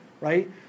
right